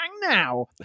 now